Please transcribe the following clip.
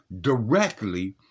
directly